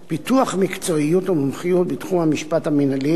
פיתוח מקצועיות ומומחיות בתחום המשפט המינהלי,